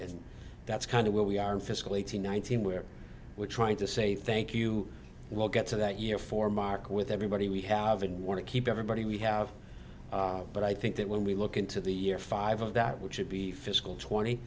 and that's kind of where we are in fiscal eighteen nineteen where we're trying to say thank you we'll get to the that year for mark with everybody we have and want to keep everybody we have but i think that when we look into the year five of that which would be fiscal twenty